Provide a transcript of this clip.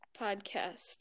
Podcast